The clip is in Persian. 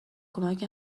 کمک